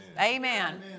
Amen